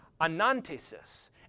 anantesis